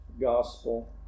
gospel